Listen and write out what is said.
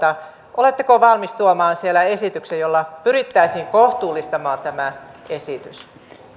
oletteko valmis tuomaan siellä esityksen jolla pyrittäisiin kohtuullistamaan tämä esitys